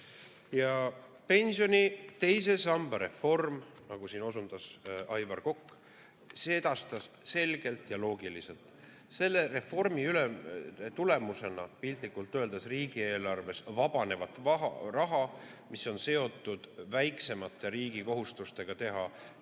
pensionisamba reform, nagu siin osundas Aivar Kokk, sedastas selgelt ja loogiliselt: selle reformi tulemusena, piltlikult öeldes riigieelarvest vabanevat raha, mis on seotud väiksemate riigi kohustustega teha teise